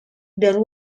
there